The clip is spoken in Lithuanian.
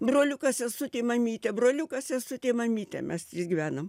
broliukas sesutė mamytė broliukas sesutė mamytė mes trys gyvenom